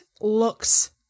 looks